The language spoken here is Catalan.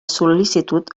sol·licitud